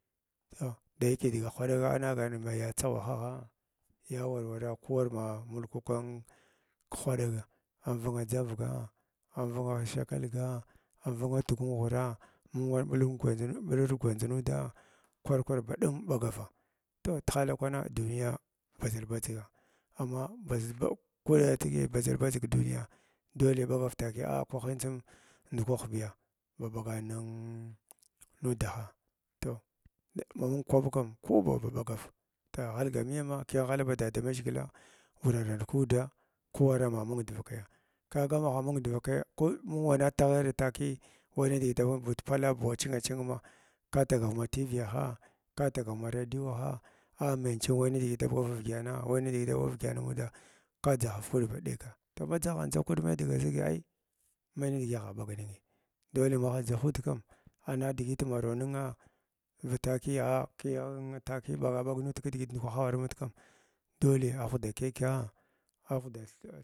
Ya dayake dga hwdaga anagan ningyi mai ya dsaghwahagha ya wa wara kuwar ma mulku kan ku hwaɗaga amvanga dʒavga amvanga shakalga anvanga tugunhuraa mung ran ɓulgu gwandʒ ɓulur gurandʒ nudag kwar kwar ba dug ɓagava toh ma tihala kwana duniya badʒal badʒiga amma baʒ ba kwaya badʒa badʒig duniya dole ɓagar takiya ah kwahin tsim ndukwah biya haɓagana nunn nudaha toh ma mung kwaɓ kam ku bau ɓa bəgav ta ghalga miyama kiyam ghala ba dada uaʒghgila wurarant kuudaa ku ma warg nung dvakays ka ga magha mung dvakai ko mung wana tagada takiya wai nidigit da bud pala, buwa a chinga ching mah ka tagar ma tiviyaha ka tagar ma rediyowaha a meng tsa wai nidigi da ɓagav ivdyəna wai ni digi da ɓagav ivdyəna anuda ka dʒahar nud ba ɗeka toh ma dʒaghant dʒag kud mai nidiya zihi ai mai nidigi agha ɓaga ninghyi dole magh dʒhud kam ana digit marau ningha bava takiy ah kiya takiy ɓaga ɓag nud kidigit ndukwaha awara nud kam dole aghda kyəkya aghda.